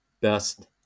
best